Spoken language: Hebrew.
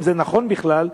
אם זה נכון בכלל,